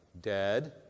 dead